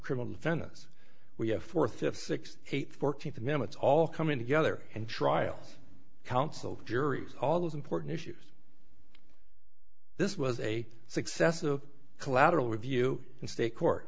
criminal fenice we have fourth fifth sixth eight fourteenth amendments all coming together and trials counsel juries all those important issues this was a successive collateral review in state court